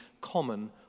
common